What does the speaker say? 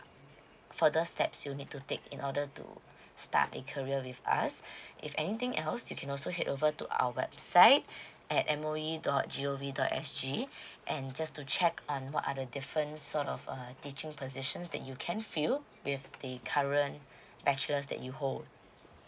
further steps you need to take in order to start a career with us if anything else you can also head over to our website at M O E dot G O V dot S G and just to check on what are the difference sort of uh teaching positions that you can fill with the current bachelors that you hold